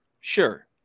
Sure